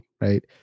right